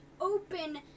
open